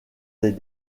des